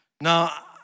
Now